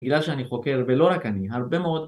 בגלל שאני חוקר, ולא רק אני, הרבה מאוד